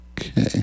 Okay